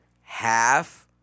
half